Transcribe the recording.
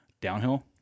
downhill